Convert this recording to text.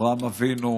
אברהם אבינו: